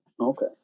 Okay